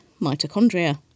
mitochondria